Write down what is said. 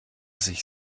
sich